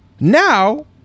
now